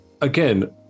again